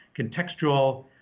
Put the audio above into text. contextual